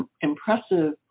impressive –